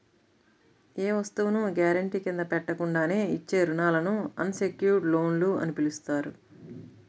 ఏ వస్తువును గ్యారెంటీ కింద పెట్టకుండానే ఇచ్చే రుణాలను అన్ సెక్యుర్డ్ లోన్లు అని పిలుస్తారు